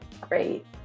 great